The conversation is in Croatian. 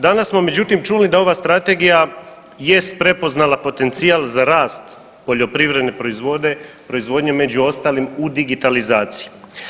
Danas smo međutim čuli da ova strategija jest prepoznala potencijal za rast poljoprivredne proizvodnje među ostalim u digitalizaciji.